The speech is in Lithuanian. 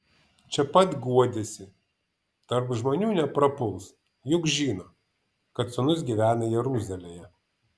čia pat guodėsi tarp žmonių neprapuls juk žino kad sūnus gyvena jeruzalėje